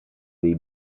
dei